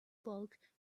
bulk